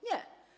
Nie.